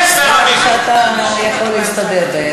נראה לי שאתה יכול להסתדר.